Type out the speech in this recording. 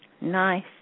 Nice